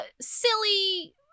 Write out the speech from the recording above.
silly